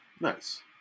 Nice